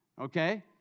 Okay